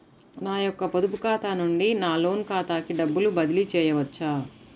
నా యొక్క పొదుపు ఖాతా నుండి నా లోన్ ఖాతాకి డబ్బులు బదిలీ చేయవచ్చా?